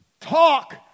talk